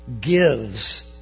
gives